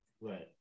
Right